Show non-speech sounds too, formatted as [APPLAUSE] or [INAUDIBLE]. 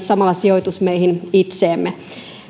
[UNINTELLIGIBLE] samalla sijoitus myös meihin itseemme